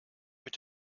mit